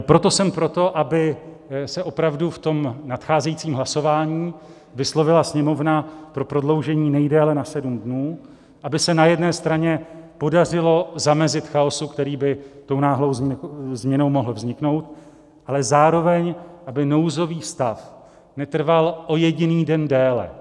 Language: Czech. Proto jsem pro to, aby se opravdu v tom nadcházejícím hlasování vyslovila Sněmovna pro prodloužení nejdéle na sedm dnů, aby se na jedné straně podařilo zamezit chaosu, který by tou náhlou změnou mohl vzniknout, ale zároveň aby nouzový stav netrval o jediný den déle.